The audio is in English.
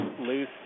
loose